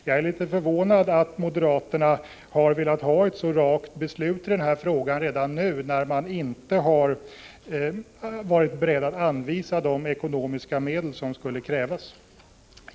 Jag är litet förvånad över att moderaterna har velat ha ett så rakt beslut i denna fråga redan nu när de inte har varit beredda att anvisa de ekonomiska medel som skulle krävas.